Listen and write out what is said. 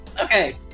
Okay